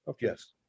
Yes